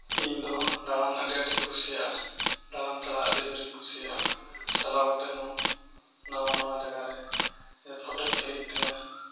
ᱤᱧ ᱫᱚ ᱫᱟᱬᱟᱱ ᱟᱹᱰᱤ ᱟᱸᱴᱤᱧ ᱠᱩᱥᱤᱭᱟᱜᱼᱟ ᱫᱟᱬᱟᱱ ᱪᱟᱞᱟᱜ ᱟᱹᱰᱤ ᱡᱳᱨᱤᱧ ᱠᱩᱥᱤᱭᱟᱜᱼᱟ ᱪᱟᱞᱟᱣ ᱠᱟᱛᱮᱫ ᱦᱚᱸ ᱱᱟᱣᱟ ᱱᱟᱣᱟ ᱡᱟᱭᱜᱟ ᱨᱮ ᱤᱧᱟᱹᱜ ᱯᱷᱚᱴᱳᱧ ᱠᱞᱤᱠ ᱛᱤᱧᱟᱹ